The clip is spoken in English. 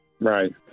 Right